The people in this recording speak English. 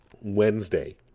Wednesday